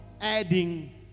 adding